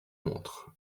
montre